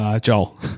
Joel